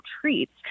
treats